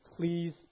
please